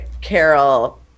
Carol